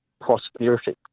prosperity